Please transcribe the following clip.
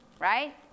right